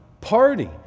party